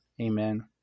Amen